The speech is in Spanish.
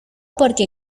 porque